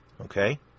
okay